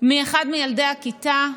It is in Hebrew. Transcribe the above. מאחד מילדי הכיתה,